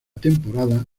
temporada